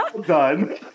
done